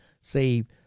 save